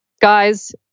guys